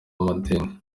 amadini